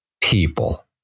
people